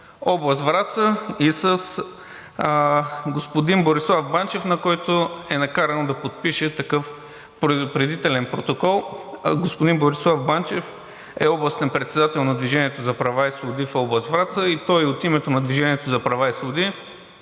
област Враца и с господин Борислав Банчев, който е накаран да подпише такъв предупредителен протокол. Господин Борислав Банчев е областен председател на „Движение за права и свободи“ в област Враца и той от името на „Движение за права и